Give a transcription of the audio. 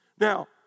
Now